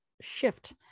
shift